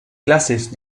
clases